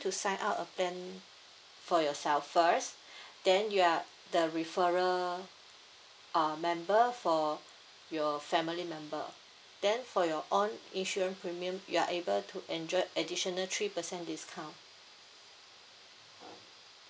to sign up a plan for yourself first then you are the referrer uh member for your family member then for your own insurance premium you are able to enjoy additional three percent discount